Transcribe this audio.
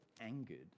angered